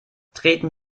treten